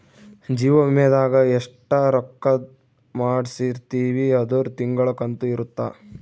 ಜೀವ ವಿಮೆದಾಗ ಎಸ್ಟ ರೊಕ್ಕಧ್ ಮಾಡ್ಸಿರ್ತಿವಿ ಅದುರ್ ತಿಂಗಳ ಕಂತು ಇರುತ್ತ